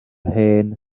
hen